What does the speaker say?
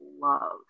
love